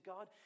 God